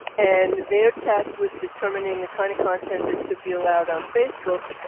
and they're tasked with determining the kind of content that should be allowed on facebook.